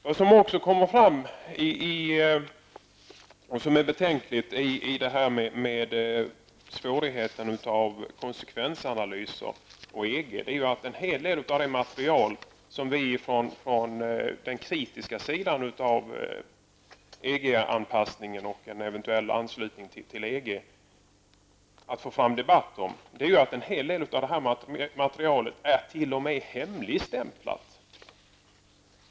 Vad som också kommer fram och som är betänkligt när det gäller frågan om svårigheten med konsekvensanalyser och EG är att en hel del av det material som vi från den kritiska sidan av EG anpassningen och en eventuell anslutning till EG vill ha debatt om t.o.m. är hemligstämplat.